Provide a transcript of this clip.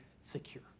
secure